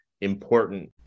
important